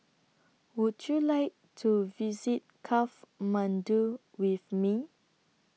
Would YOU like to visit Kathmandu with Me